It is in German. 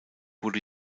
wurde